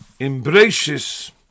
embraces